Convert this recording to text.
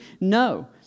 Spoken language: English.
No